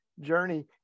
journey